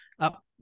up